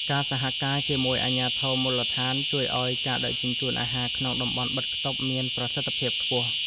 ការសហការជាមួយអាជ្ញាធរមូលដ្ឋានជួយឱ្យការដឹកជញ្ជូនអាហារក្នុងតំបន់បិទខ្ទប់មានប្រសិទ្ធភាពខ្ពស់។